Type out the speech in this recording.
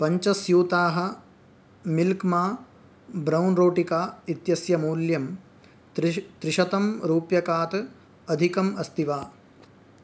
पञ्चस्यूताः milk मा brown रौटिका इत्यस्य मूल्यं त्रिशतं त्रिशतं रूप्यकात् अधिकम् अस्ति वा